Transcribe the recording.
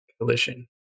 collision